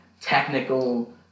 technical